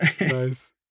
Nice